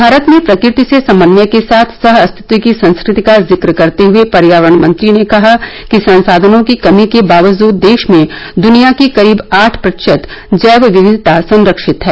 भारत में प्रकृति से समन्वय के साथ सहअस्तित्व की संस्कृति का जिक्र करते हुए पर्यावरण मंत्री ने कहा कि संसाधनों की कमी के बावजूद देश में दुनिया की करीब आठ प्रतिशत जैव विविधता संरक्षित है